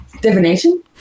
Divination